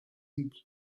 most